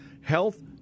health